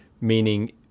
meaning